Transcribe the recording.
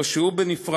או שהוא בנפרד,